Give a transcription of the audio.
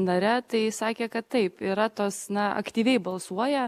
nare tai sakė kad taip yra tos na aktyviai balsuoja